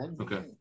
Okay